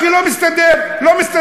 כי לא מסתדר, לא מסתדרים.